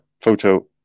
photo